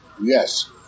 Yes